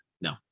No